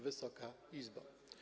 Wysoka Izbo!